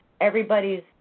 everybody's